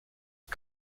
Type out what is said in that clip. his